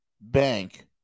bank